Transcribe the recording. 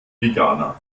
veganer